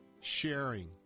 sharing